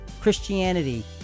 Christianity